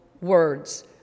words